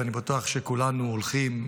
ואני בטוח שכולנו הולכים,